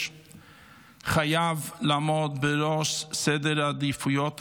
חייב לעמוד בראש סדר העדיפויות הלאומי.